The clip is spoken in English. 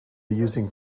using